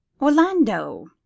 orlando